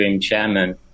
chairman